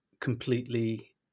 completely